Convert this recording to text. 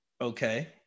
Okay